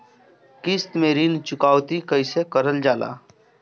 किश्त में ऋण चुकौती कईसे करल जाला?